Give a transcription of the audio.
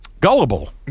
gullible